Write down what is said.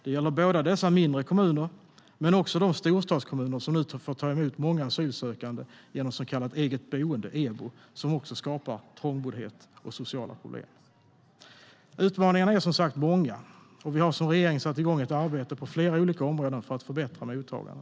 Det gäller både dessa mindre kommuner och de storstadskommuner som får ta emot många asylsökande genom så kallat eget boende, EBO, som skapar trångboddhet och sociala problem. Utmaningarna är som sagt många, och vi har som regering satt igång ett arbete på flera olika områden för att förbättra mottagandet.